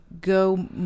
go